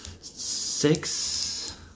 six